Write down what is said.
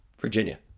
Virginia